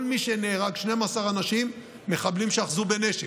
כל מי שנהרגו, 12 אנשים, מחבלים שאחזו בנשק,